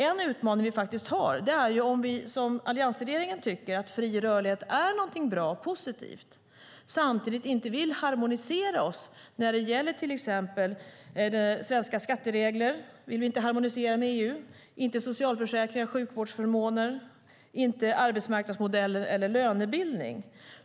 En utmaning finns om man som alliansregeringen tycker att fri rörlighet är bra och positivt men inte vill harmonisera allt med EU. Vi vill till exempel inte harmonisera skatteregler, socialförsäkringar, sjukvårdsförmåner, arbetsmarknadsmodeller eller lönebildning med EU.